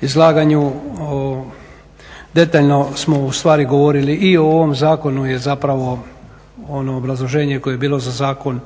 izlaganju detaljno smo ustvari govorili i o ovom zakonu je zapravo ono obrazloženje koje je bilo za zakon